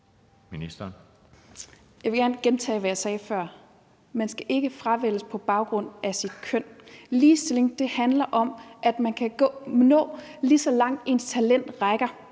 Jeg vil gerne gentage, hvad jeg sagde før: Man skal ikke fravælges på baggrund af sit køn. Ligestilling handler om, at man kan nå lige så langt, som ens talent rækker,